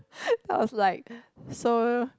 then I was like so